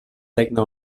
regne